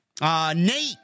Nate